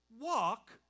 Walk